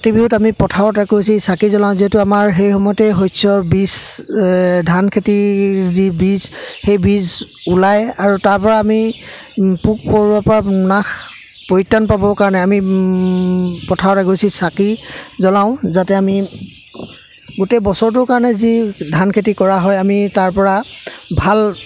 কাতি বিহুত আমি পথাৰত এগছি চাকি জ্বলাওঁ যিহেতু আমাৰ সেই সময়তে শস্যৰ বীজ এ ধান খেতিৰ যি বীজ সেই বীজ ওলায় আৰু তাৰপৰা আমি পোক পৰুৱাৰ পৰা নাশ পৰিত্ৰাণ পাবৰ কাৰণে আমি পথাৰত এগছি চাকি জ্বলাওঁ যাতে আমি গোটেই বছৰটোৰ কাৰণে যি ধান খেতি কৰা হয় আমি তাৰ পৰা ভাল